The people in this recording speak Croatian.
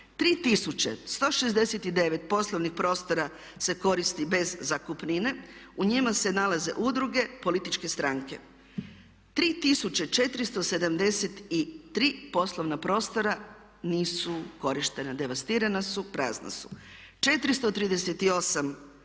3169 poslovnih prostora se koristi bez zakupnine, u njima se nalaze udruge, političke stranke. 3473 poslovna prostora nisu korištena, devastirana su, prazna su.